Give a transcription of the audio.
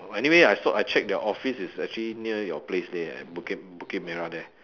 anyway I saw I check their office is actually near your place there eh at bukit bukit-merah there